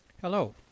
Hello